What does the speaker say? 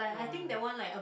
oh